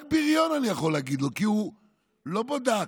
רק בריון אני יכול להגיד עליו, כי הוא לא בדק,